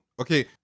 Okay